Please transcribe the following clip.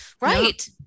Right